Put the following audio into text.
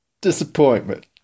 disappointment